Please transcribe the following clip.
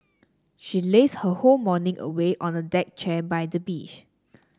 she lazed her whole morning away on a deck chair by the beach